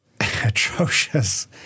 atrocious